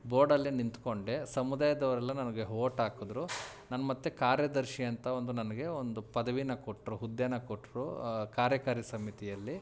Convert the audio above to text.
ಬೋರ್ಡಲ್ಲೇ ನಿಂತ್ಕೊಂಡೆ ಸಮುದಾಯದವರೆಲ್ಲ ನನಗೆ ಹೋಟ್ ಹಾಕಿದ್ರು ನಾನು ಮತ್ತೆ ಕಾರ್ಯದರ್ಶಿ ಅಂತ ಒಂದು ನನಗೆ ಒಂದು ಪದವಿನ ಕೊಟ್ಟರು ಹುದ್ದೆನ ಕೊಟ್ಟರು ಕಾರ್ಯಕಾರಿ ಸಮಿತಿಯಲ್ಲಿ